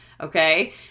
Okay